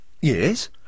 Yes